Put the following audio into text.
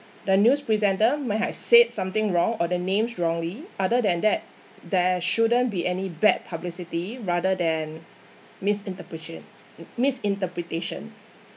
the news presenter might have said something wrong or the names wrongly other than that there shouldn't be any bad publicity rather than misinterpretion misinterpretation